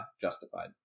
justified